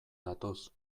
datoz